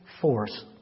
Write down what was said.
force